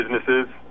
Businesses